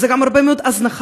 וזה גם הרבה מאוד הזנחה,